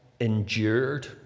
endured